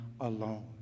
alone